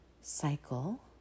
cycle